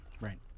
right